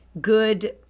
good